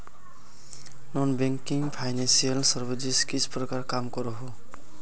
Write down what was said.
Non banking financial services किस प्रकार काम करोहो?